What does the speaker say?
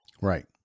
Right